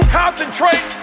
concentrate